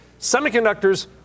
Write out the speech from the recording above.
Semiconductors